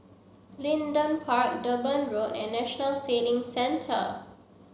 Leedon Park Durban Road and National Sailing Centre